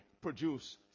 produce